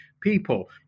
people